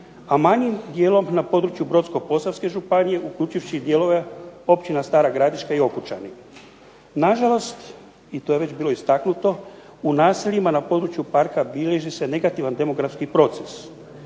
a manjim dijelom na području Brodsko-posavske županije, uključujući dijelove općina Stara gradiška i Okučani. Na žalost i to je već bilo istaknuto, u naseljima na području parka bilježi se negativan demografski proces.